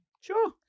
Sure